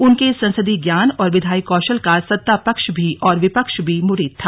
उनके संसदीय ज्ञान और विधायी कौशल का सत्ता पक्ष भी और विपक्ष भी मुरीद था